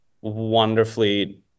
wonderfully